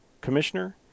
Commissioner